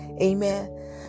amen